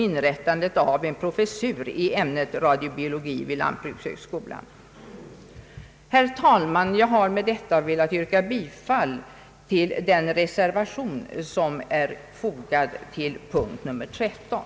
Jag har med dessa ord velat yrka bifall till den reservation som är fogad till punkten nr 13.